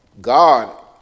God